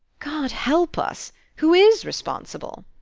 god help us! who is responsible?